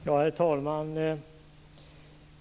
Herr talman!